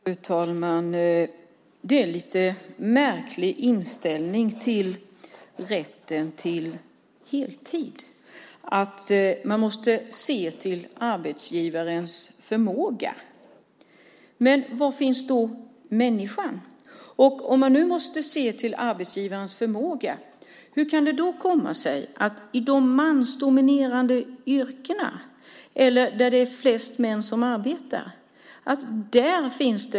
Fru talman! Det är en lite märklig inställning till rätten till heltid att man måste se till arbetsgivarens förmåga. Var finns människan? Om man måste se till arbetsgivarens förmåga, hur kan det då komma sig att det finns heltid i de mansdominerade yrkena eller där det är flest män som arbetar?